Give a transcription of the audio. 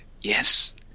yes